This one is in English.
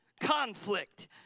conflict